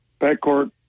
backcourt